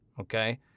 okay